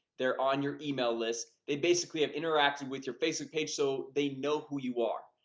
they're on your email list they basically have interacted with your facebook page. so they know who you are.